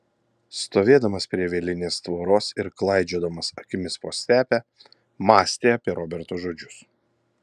stovėdamas prie vielinės tvoros ir klaidžiodamas akimis po stepę mąstė apie roberto žodžius